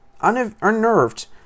unnerved